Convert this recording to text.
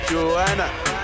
Joanna